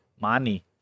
Money